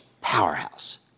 powerhouse